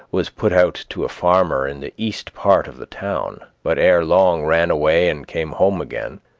was put out to a farmer in the east part of the town, but ere long ran away and came home again,